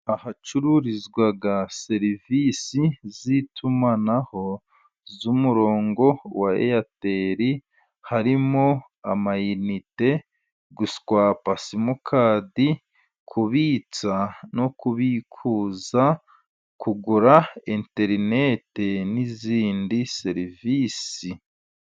Ahacururizwa serivisi z'itumanaho, z'umurongo wa eyateri harimo amayinite, guswapa simukadi, kubitsa no kubikuza, kugura interineti, n'izindi serivisi.